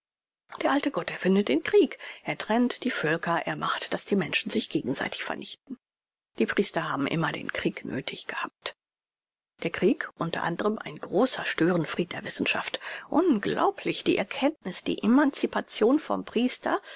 der alte gott erfindet den krieg er trennt die völker er macht daß die menschen sich gegenseitig vernichten die priester haben immer den krieg nöthig gehabt der krieg unter anderem ein großer störenfried der wissenschaft unglaublich die erkenntniß die emancipation vom priester